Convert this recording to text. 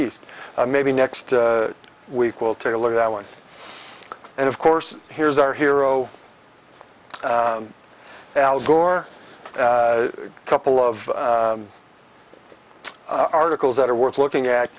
east maybe next week we'll take a look at that one and of course here's our hero al gore a couple of articles that are worth looking at